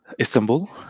Istanbul